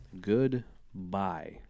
Goodbye